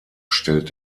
stellt